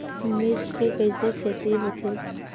मिर्च के कइसे खेती होथे?